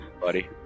Buddy